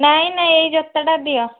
ନାହିଁ ନାହିଁ ଏଇ ଜୋତାଟା ଦିଅ